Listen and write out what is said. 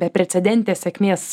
beprecedentės sėkmės